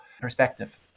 perspective